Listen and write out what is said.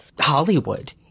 Hollywood